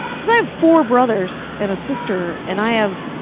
cause i have four brothers and a sister, and i have,